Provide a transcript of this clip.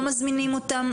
לא מזמינים אותם,